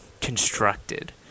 constructed